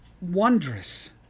wondrous